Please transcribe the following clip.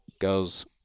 goes